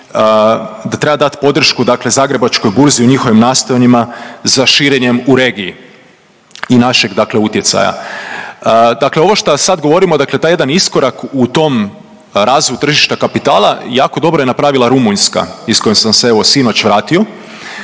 treba dat podršku dakle Zagrebačkoj burzi u njihovim nastojanjima za širenjem u regiji i našeg dakle utjecaja. Dakle ovo šta sad govorimo dakle taj jedan iskorak u tom razvoju tržišta kapitala, jako dobro je napravila Rumunjska iz koje sam se evo sinoć vratio,